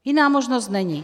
Jiná možnost není.